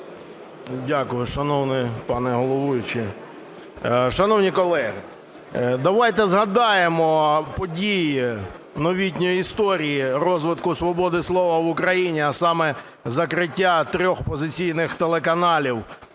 Дякую, шановний пан головуючий. Шановні колеги, давайте згадаємо події новітньої історії розвитку свободи слова в Україні, а саме закриття трьох опозиційних телеканалів